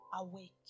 awake